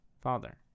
father